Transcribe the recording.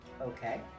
Okay